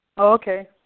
Okay